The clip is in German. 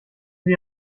sie